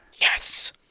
Yes